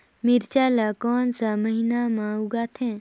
मिरचा ला कोन सा महीन मां उगथे?